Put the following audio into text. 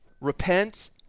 repent